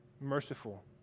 merciful